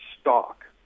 stock